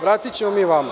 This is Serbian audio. Vratićemo mi vama.